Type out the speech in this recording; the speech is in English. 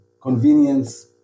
convenience